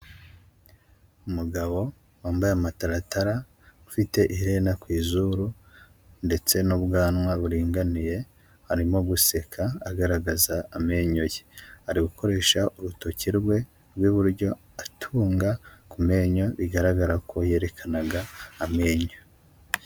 Umugabo wambaye amataratara, ufite iherena ku izuru ndetse n'ubwanwa buriringaniye, arimo guseka agaragaza amenyo ye. Ari gukoresha urutoki rwe rw'iburyo atunga ku menyo, bigaragara ko yerekanaga amenyo.